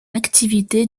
activité